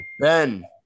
Ben